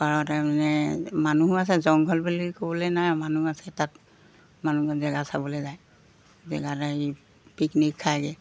পাৰতে মানে মানুহো আছে জংঘল বুলি ক'বলৈ নাই আৰু মানুহ আছে তাত মানুহে জেগা চাবলৈ যায় জেগাত এই পিকনিক খাইগৈ